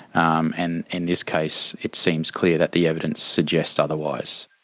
um and in this case it seems clear that the evidence suggests otherwise.